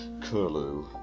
curlew